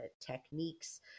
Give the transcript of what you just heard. techniques